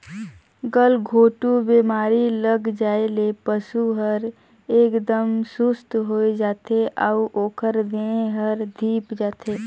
गलघोंटू बेमारी लग जाये ले पसु हर एकदम सुस्त होय जाथे अउ ओकर देह हर धीप जाथे